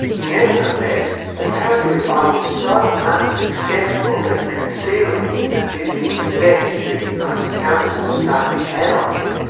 nevertheless, apparently i was so unsuccessful at concealing the dizzying effect these uncountable stunners had on me,